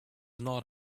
not